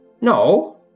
No